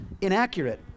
inaccurate